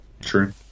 true